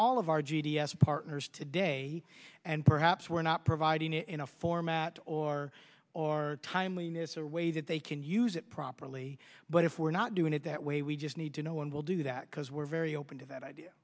all of our g d s partners today and perhaps we're not providing it in a format or or timeliness or way that they can use it properly but if we're not doing it that way we just need to no one will do that because we're very open to that idea